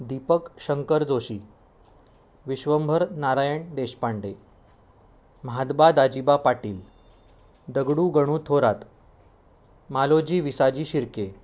Deepak Shankar Joshi Vishwambhar Narayan Deshpande Mhadba Dajiba Patil Dagdu Ganu Thorat Maloji Visaji Shirke